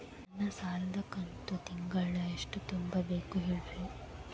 ನನ್ನ ಸಾಲದ ಕಂತು ತಿಂಗಳ ಎಷ್ಟ ತುಂಬಬೇಕು ಹೇಳ್ರಿ?